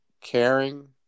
caring